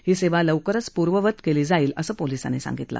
ही सेवा लवकरच प्र्ववत केली जाईल असं पोलिसांनी सांगितलं